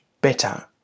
better